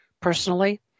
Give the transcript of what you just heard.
Personally